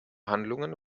handlungen